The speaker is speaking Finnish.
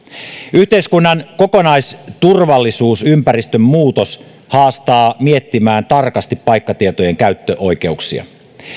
yhteiskunnan kokonaisturvallisuusympäristön muutos haastaa miettimään tarkasti paikkatietojen käyttöoikeuksia